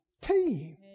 team